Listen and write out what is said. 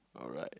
alright